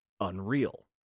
Unreal